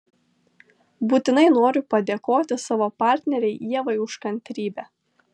būtinai noriu padėkoti savo partnerei ievai už kantrybę